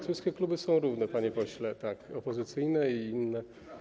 Wszystkie kluby są równe, panie pośle, tak, opozycyjne i inne.